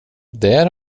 där